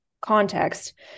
context